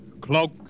Cloak